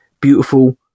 beautiful